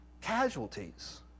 casualties